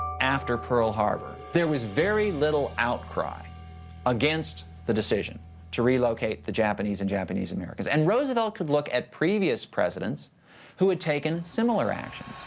after pearl harbor, there was very little outcry against the decision to relocate the japanese and japanese americans, and roosevelt could look at previous presidents who had taken similar action.